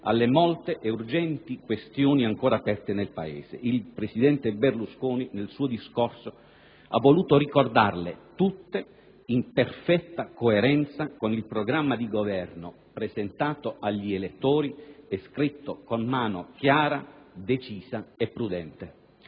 alle molte ed urgenti questioni ancora aperte nel Paese. Il presidente Berlusconi nel suo discorso ha voluto ricordarle tutte, in perfetta coerenza con il programma di Governo presentato agli elettori e scritto con mano chiara, decisa e prudente.